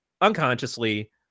unconsciously